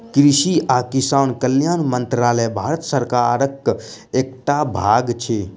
कृषि आ किसान कल्याण मंत्रालय भारत सरकारक एकटा भाग अछि